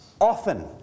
Often